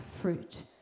fruit